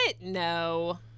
No